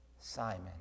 Simon